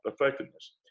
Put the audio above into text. effectiveness